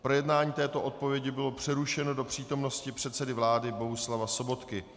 Projednání této odpovědi bylo přerušeno do přítomnosti předsedy vlády Bohuslava Sobotky.